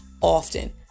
often